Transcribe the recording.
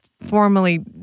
formally